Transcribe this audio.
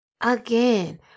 Again